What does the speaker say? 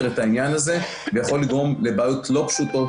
את העניין הזה ויכול לגרום לבעיות לא פשוטות